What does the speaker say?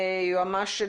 היועץ המשפטי,